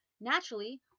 naturally